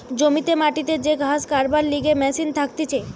জমিতে মাটিতে যে ঘাস কাটবার লিগে মেশিন থাকতিছে